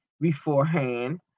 beforehand